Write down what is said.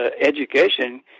education